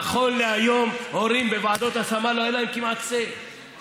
נכון להיום, להורים לא היה כמעט say בוועדות השמה.